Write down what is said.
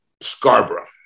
Scarborough